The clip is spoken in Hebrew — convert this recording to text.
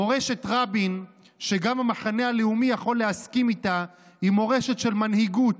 מורשת רבין שגם המחנה הלאומי יכול להסכים איתה היא מורשת של מנהיגות,